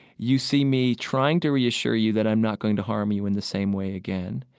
you see me trying to reassure you that i'm not going to harm you in the same way again.